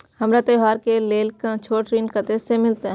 हमरा त्योहार के लेल छोट ऋण कते से मिलते?